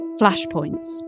flashpoints